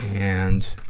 and,